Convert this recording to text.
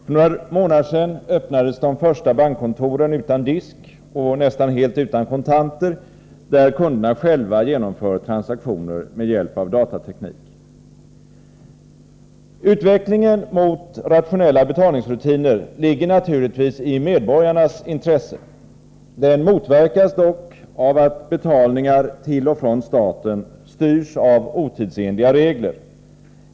För några månader sedan öppnades de första bankkontoren utan disk och nästan helt utan kontanter, där kunderna själva genomför transaktioner med hjälp av datateknik. Utvecklingen mot rationella betalningsrutiner ligger naturligtvis i medborgarnas intresse. Den motverkas dock av att betalningar till och från staten styrs av otidsenliga regler.